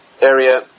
area